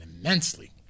immensely